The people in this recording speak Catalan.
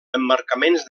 emmarcaments